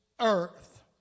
earth